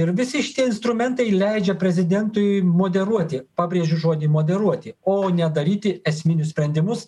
ir visi šitie instrumentai leidžia prezidentui moderuoti pabrėžiu žodį moderuoti o ne daryti esminius sprendimus